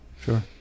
Sure